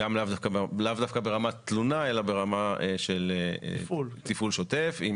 לאו דווקא ברמת תלונה אלא ברמת תפעול שוטף - אם